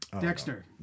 Dexter